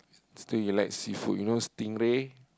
still elect seafood you know stingray